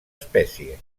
espècie